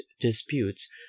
disputes